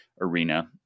arena